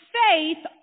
faith